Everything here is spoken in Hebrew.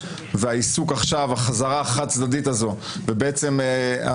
והחזרה החד-צדדית הזאת עכשיו,